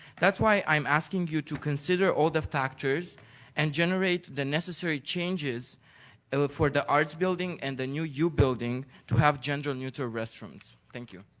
that's why i'm asking you to consider all the factors and generate the necessary changes and but for the arts building and the new u building to have gender-neutral restrooms, thank you.